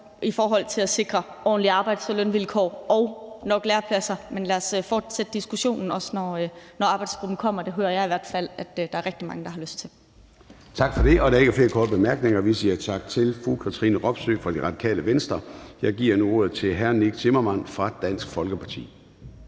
i forhold til at sikre ordentlige arbejds- og lønvilkår og nok lærepladser, men lad os fortsætte diskussionen, også når arbejdsgruppen kommer. Det hører jeg i hvert fald at der er rigtig mange der har lyst til. Kl. 13:44 Formanden (Søren Gade): Tak for det. Der er ikke flere korte bemærkninger. Vi siger tak til fru Katrine Robsøe fra Radikale Venstre. Jeg giver nu ordet til hr. Nick Zimmermann fra Dansk Folkeparti.